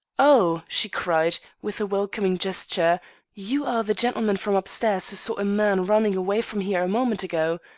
oh! she cried, with a welcoming gesture you are the gentleman from up-stairs who saw a man running away from here a moment ago.